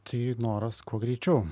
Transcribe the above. tai noras kuo greičiau